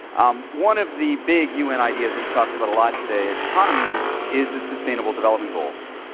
um one of the big u. n. ideas that we talked about a lot today at techonomy is the sustainable development goals.